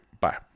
Bye